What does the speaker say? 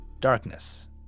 darkness